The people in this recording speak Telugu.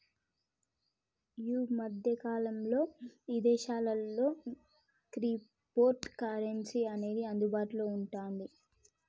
యీ మద్దె కాలంలో ఇదేశాల్లో క్రిప్టోకరెన్సీ అనేది అందుబాటులో వుంటాంది